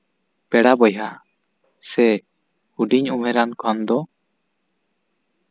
ᱯᱮᱲᱟ ᱵᱚᱭᱦᱟ ᱥᱮ ᱦᱩᱰᱤᱧ ᱩᱢᱮᱨᱟᱱ ᱠᱷᱟᱱ ᱫᱚ